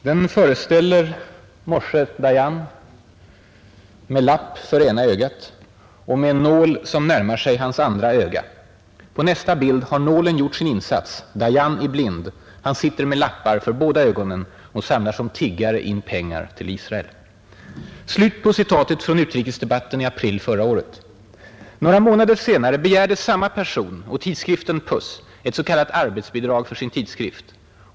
Den föreställer Moshe Dayan med lapp för ena ögat och med en nål som närmar sig hans andra öga. På nästa bild har nålen gjort sin insats, Dayan är blind, sitter med lappar för båda ögonen och samlar som tiggare in pengar till Isarel.” Slut på citatet från utrikesdebatten i april förra året. Några månader senare begärde samma person och tidskriften Puss ett s.k. arbetsbidrag för sin tidskrift.